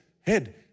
head